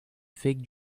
fig